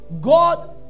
god